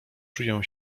czuję